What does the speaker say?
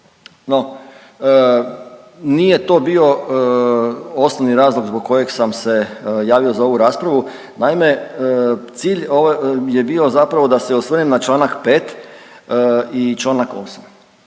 No nije to bio osnovni razlog zbog kojeg sam se javio za ovu raspravu, naime cilj je bio zapravo da se osvrnem na čl. 5. i čl. 8..